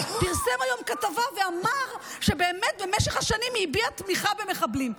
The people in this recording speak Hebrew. פרסם היום כתבה ואמר שבאמת במשך השנים היא הביעה תמיכה במחבלים.